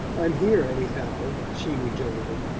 i'm here, anyhow, she rejoined,